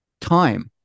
time